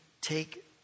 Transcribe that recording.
take